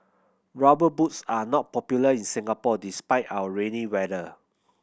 Rubber Boots are not popular in Singapore despite our rainy weather